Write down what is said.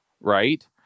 right